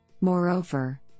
Moreover